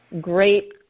great